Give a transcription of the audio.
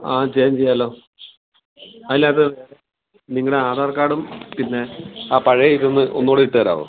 ആ ചേഞ്ച് ചെയ്യാലോ അതിൽ അത് നിങ്ങളുടെ ആധാർ കാർഡും പിന്നെ ആ പഴയ ഇതൊന്ന് ഒന്നും കൂടെ ഇട്ട് തരാവോ